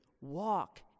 walk